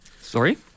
Sorry